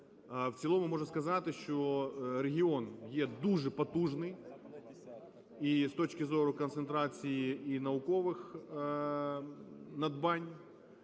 В цілому можу сказати, що регіон є дуже потужний і з точки зору концентрації, і наукових надбань: